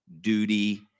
duty